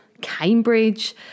Cambridge